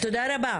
תודה רבה.